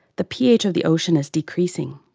the ph of the ocean is decreasing,